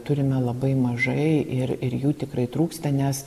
turime labai mažai ir ir jų tikrai trūksta nes